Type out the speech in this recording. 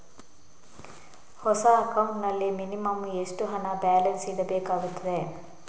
ಹೊಸ ಅಕೌಂಟ್ ನಲ್ಲಿ ಮಿನಿಮಂ ಎಷ್ಟು ಹಣ ಬ್ಯಾಲೆನ್ಸ್ ಇಡಬೇಕಾಗುತ್ತದೆ?